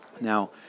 now